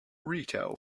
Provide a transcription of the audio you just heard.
retail